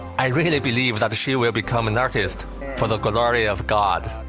i really believe that she will become an artist for the glory of god.